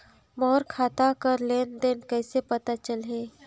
मोर खाता कर लेन देन कइसे पता चलही?